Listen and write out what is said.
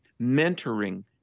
mentoring